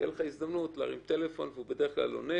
תהיה לך הזדמנות להרים טלפון, הוא בדרך כלל עונה,